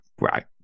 right